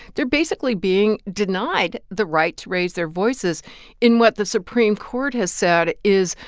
they're basically being denied the right to raise their voices in what the supreme court has said is,